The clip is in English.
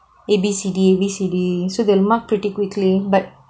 A_B_C_D A_B_C_D so they'll mark pretty quickly but